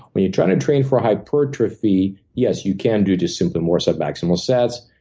when you're trying to train for hypertrophy, yes, you can do just simply more so maximal sets,